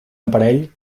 aparell